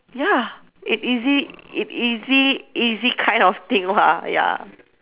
ya it easy it easy easy kind of thing lah ya